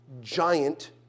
giant